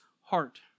heart